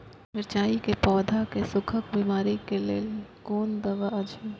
मिरचाई के पौधा के सुखक बिमारी के लेल कोन दवा अछि?